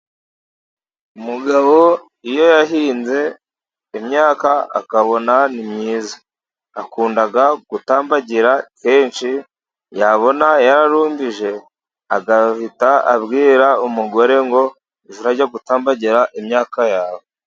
Umugabo iyo yahinze imyaka akabona ni myiza, akunda gutambagira kenshi yabona yararumbije, agahita abwira umugore ngo jya urajya gutambagira imyaka yawe.